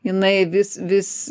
jinai vis vis